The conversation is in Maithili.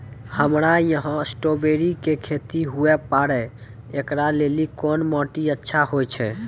हमरा यहाँ स्ट्राबेरी के खेती हुए पारे, इकरा लेली कोन माटी अच्छा होय छै?